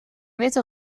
witte